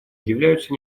являются